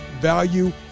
value